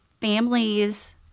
families